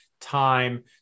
time